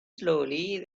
slowly